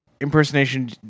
impersonation